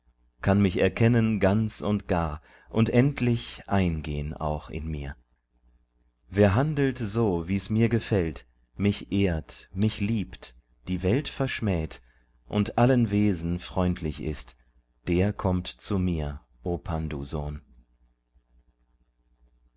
kann mich erkennen ganz und gar und endlich eingehn auch in mir wer handelt so wie's mir gefällt mich ehrt mich liebt die welt verschmäht und allen wesen freundlich ist der kommt zu mir o